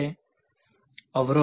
વિધાર્થી અવરોધ